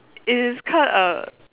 it is cause err